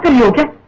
and look at